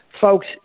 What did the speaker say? Folks